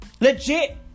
Legit